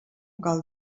cal